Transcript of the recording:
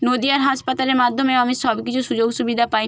নদিয়ার হাসপাতালের মাধ্যমেও আমি সব কিছু সুযোগ সুবিধা পাই